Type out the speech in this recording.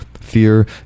Fear